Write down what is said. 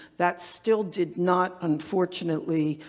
that still did not, unfortunately,